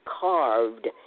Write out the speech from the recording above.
carved